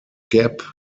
gap